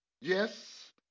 Yes